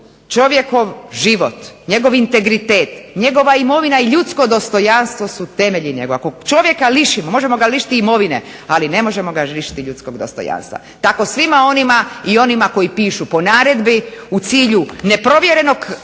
čovjekov život, njegov integritet, njegova imovina i ljudsko dostojanstvo su temelji njemu. Ako čovjeka lišimo, možemo ga lišiti imovine, ali ne možemo ga lišiti ljudskog dostojanstva. Tako svima onima i onima koji pišu po naredbi u cilju neprovjerenog kapitala